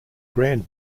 grand